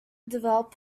develop